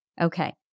Okay